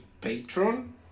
patron